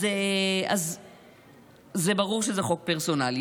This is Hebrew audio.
אז זה ברור שזה חוק פרסונלי.